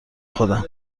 خودم